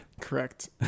Correct